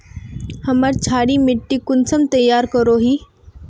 हमार क्षारी मिट्टी कुंसम तैयार करोही?